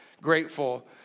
grateful